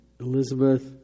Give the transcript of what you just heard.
Elizabeth